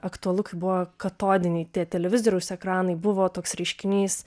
aktualu kai buvo katodiniai tie televizoriaus ekranai buvo toks reiškinys